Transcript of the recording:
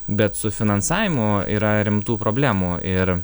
bet su finansavimu yra rimtų problemų ir